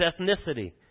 ethnicity